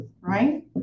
right